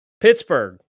Pittsburgh